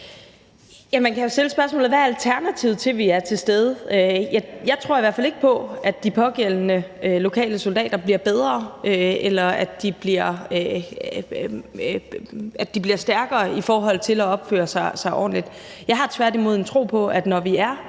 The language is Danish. Hvad er alternativet til, at vi er til stede? Jeg tror i hvert fald ikke på, at de pågældende lokale soldater dermed bliver bedre, eller at de bliver stærkere i forhold til at opføre sig ordentligt. Jeg har tværtimod en tro på, at vi, når vi er